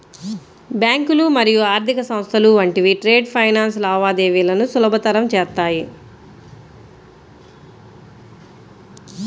బ్యాంకులు మరియు ఆర్థిక సంస్థలు వంటివి ట్రేడ్ ఫైనాన్స్ లావాదేవీలను సులభతరం చేత్తాయి